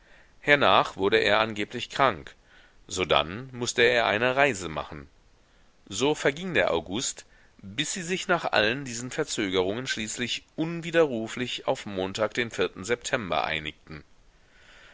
hernach wurde er angeblich krank sodann mußte er eine reise machen so verging der august bis sie sich nach allen diesen verzögerungen schließlich unwiderruflich auf montag den september einigten